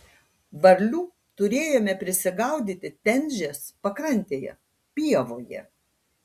varlių turėjome prisigaudyti tenžės pakrantėje pievoje